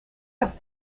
have